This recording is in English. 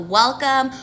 welcome